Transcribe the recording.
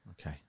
Okay